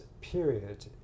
period